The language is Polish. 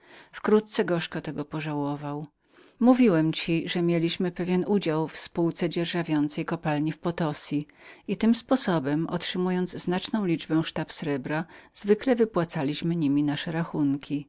wkrótce gorzko tego pożałował mówiłem ci że mieliśmy pewny udział w wyzyskiwaniu kopalni potozu i tym sposobem otrzymując znaczną ilość sztab srebra lub złota zwykle wypłacaliśmy niemi nasze rachunki